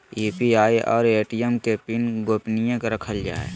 UPI और ATM के PIN गोपनीय रखल जा हइ